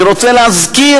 אני רוצה להזכיר,